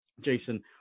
Jason